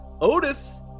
Otis